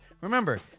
Remember